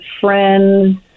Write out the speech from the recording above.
friends